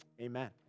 amen